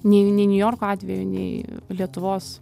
nei nei niujorko atveju nei lietuvos